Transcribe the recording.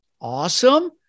awesome